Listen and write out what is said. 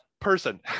person